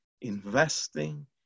investing